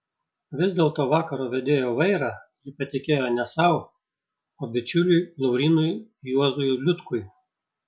vis dėlto vakaro vedėjo vairą ji patikėjo ne sau o bičiuliui laurynui juozui liutkui